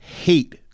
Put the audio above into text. hate